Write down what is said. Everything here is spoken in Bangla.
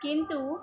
কিন্তু